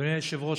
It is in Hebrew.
אדוני היושב-ראש,